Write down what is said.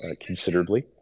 considerably